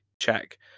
check